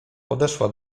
podeszła